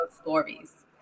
stories